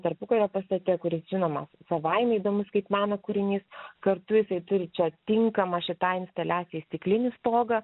tarpukario pastate kuris žinoma savaime įdomus kaip meno kūrinys kartu jisai turi čia tinkamą šitai instaliacijai stiklinį stogą